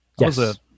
Yes